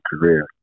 career